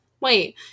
Wait